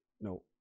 No